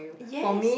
yes